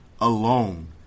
alone